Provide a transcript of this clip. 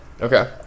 Okay